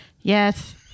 Yes